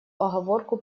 оговорку